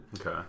Okay